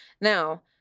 Now